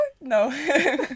no